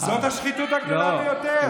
זאת השחיתות הגדולה ביותר.